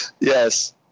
Yes